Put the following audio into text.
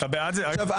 עושים פה משהו מיוחד.